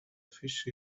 fish